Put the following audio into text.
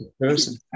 person